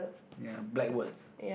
ya black words